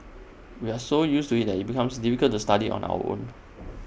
we are so used to IT that becomes difficult to study on our own